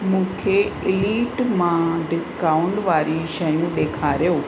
मुखे इलीट मां डिस्काउंट वारी शयूं ॾेखारियो